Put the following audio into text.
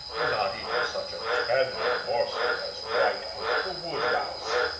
not even such a tender morsel as whitefoot the wood mouse.